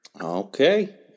Okay